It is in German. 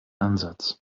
ansatz